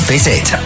Visit